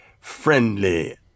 friendly